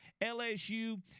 LSU